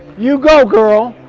you go, girl!